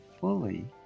fully